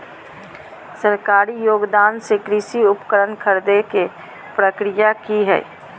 सरकारी योगदान से कृषि उपकरण खरीदे के प्रक्रिया की हय?